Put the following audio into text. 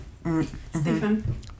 Stephen